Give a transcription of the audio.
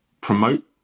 promote